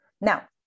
Now